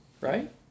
right